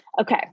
Okay